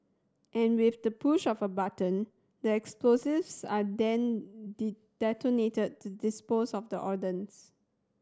and with the push of a button the explosives are then detonated to dispose of the ordnance